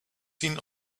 seen